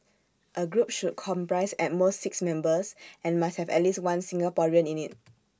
A group should comprise at most six members and must have at least one Singaporean in IT